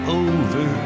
over